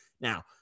Now